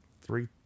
three